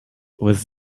was